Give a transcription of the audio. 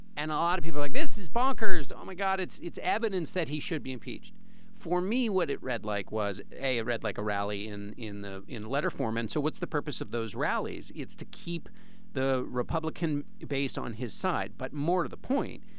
and a lot of people like this is bonkers. oh my god. it's it's evidence that he should be impeached for me. would it read like was a read like a rally in in the in letter form? and so what's the purpose of those rallies? it's to keep the republican based on his side. but more to the point,